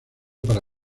para